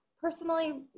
personally